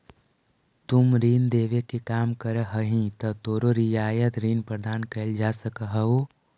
तुम ऋण देवे के काम करऽ हहीं त तोरो रियायत ऋण प्रदान कैल जा सकऽ हओ